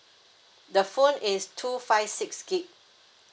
the phone is two five six gig